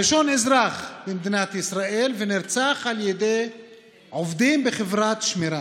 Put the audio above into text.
הראשון אזרח במדינת ישראל ונרצח על ידי עובדים בחברת שמירה.